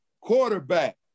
quarterback